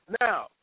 now